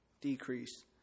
decrease